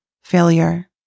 failure